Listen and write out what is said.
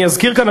אני אזכיר כאן,